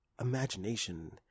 imagination